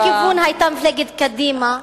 באיזה כיוון היתה מפלגת קדימה מכריעה?